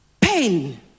pain